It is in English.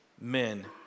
men